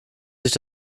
sich